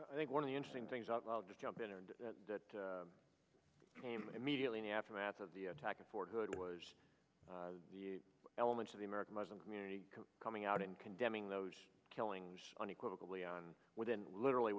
i think one of the interesting things i'll just jump in and that came immediately in aftermath of the attack at fort hood was elements of the american muslim community coming out and condemning those killings unequivocally on within literally